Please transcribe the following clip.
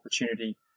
opportunity